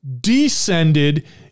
descended